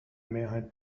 mehrheit